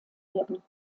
werden